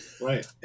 Right